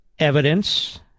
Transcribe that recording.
Evidence